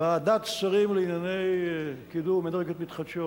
ועדת שרים לענייני קידום אנרגיות מתחדשות